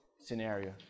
scenario